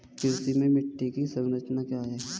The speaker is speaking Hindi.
कृषि में मिट्टी की संरचना क्या है?